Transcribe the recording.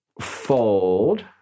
Fold